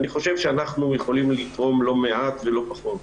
אני חושב שאנחנו יכולים לתרום לא מעט ולא פחות.